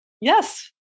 Yes